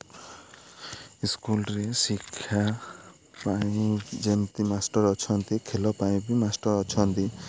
ସ୍କୁଲ୍ରେ ଶିକ୍ଷା ପାଇଁ ଯେମିତି ମାଷ୍ଟର୍ ଅଛନ୍ତି ଖେଲ ପାଇଁ ବି ମାଷ୍ଟର୍ ଅଛନ୍ତି